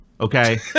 okay